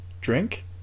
drink